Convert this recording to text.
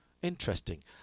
interesting